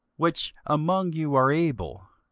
which among you are able,